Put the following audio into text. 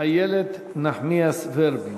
איילת נחמיאס ורבין.